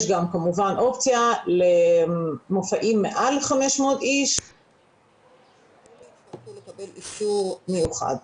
יש גם אופציה למופעים מעל 500 איש --- יצטרכו לקבל אישור מיוחד.